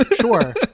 Sure